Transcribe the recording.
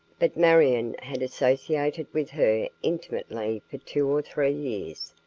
but marion had associated with her intimately for two or three years,